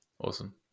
awesome